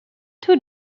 two